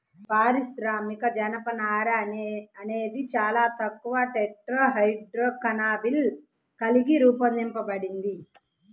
పారిశ్రామిక జనపనార అనేది చాలా తక్కువ టెట్రాహైడ్రోకాన్నబినాల్ కలిగి రూపొందించబడింది